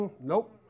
Nope